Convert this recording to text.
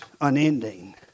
unending